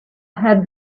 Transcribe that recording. had